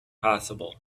possible